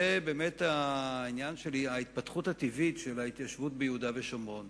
זה העניין של ההתפתחות הטבעית של ההתיישבות ביהודה ושומרון.